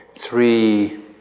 three